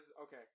Okay